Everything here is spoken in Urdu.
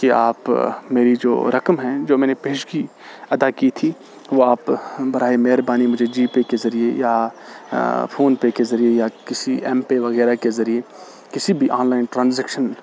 کہ آپ میری جو رقم ہے جو میں پیشگی ادا کی تھی وہ آپ برائے مہربانی مجھے جی پے کے ذریعے یا فون پے کے ذریعے یا کسی ایم پے وغیرہ کے ذریعے کسی بھی آن لائن ٹرانزیکشن